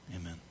amen